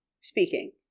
speaking